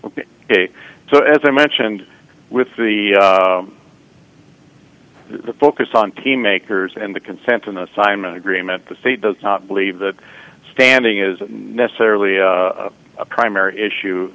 you so as i mentioned with the the focus on team makers and the consent in assignment agreement the state does not believe that standing is necessarily a primary issue